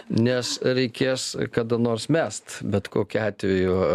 nes reikės kada nors mest bet kokiu atveju